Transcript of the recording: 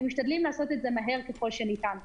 ומשתדלים לעשות את זה מהר ככל שניתן.